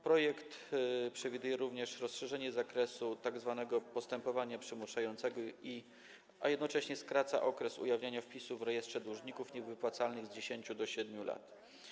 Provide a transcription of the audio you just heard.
Projekt przewiduje również rozszerzenie zakresu tzw. postępowania przymuszającego, a jednocześnie skraca okres ujawniania wpisu w rejestrze dłużników niewypłacalnych z 10 do 7 lat.